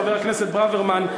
חבר הכנסת ברוורמן,